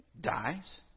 dies